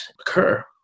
occur